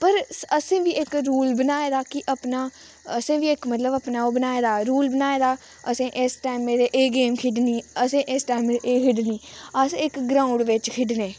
पर असें बी इक रूल बनाए दा कि अपना असें बी इक मतलब अपना इक ओह् बनाए दा रूल बनाए दा असें इस टाइमै दी एह् गेम खेढनी असें इस टाइमै दी एह् खेढनी अस इक ग्राउंड बिच्च खेढने